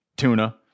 tuna